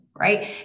Right